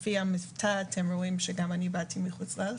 לפי המבטא אתם יכולים להבין שגם אני באתי מחו"ל.